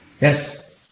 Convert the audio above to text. Yes